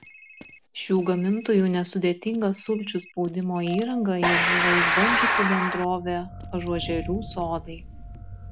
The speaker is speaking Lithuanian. šių gamintojų nesudėtingą sulčių spaudimo įrangą jau buvo išbandžiusi bendrovė ažuožerių sodai